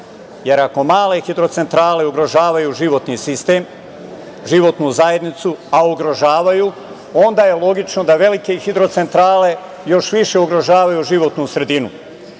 jer ako malih hidrocentrale ugrožavaju životnu sistem, životnu zajednicu, a ugrožavaju, onda je logično da velike hidrocentrale još više ugrožavaju životnu sredinu.